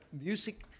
music